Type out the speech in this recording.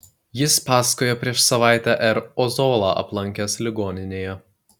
jis pasakojo prieš savaitę r ozolą aplankęs ligoninėje